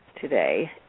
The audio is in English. today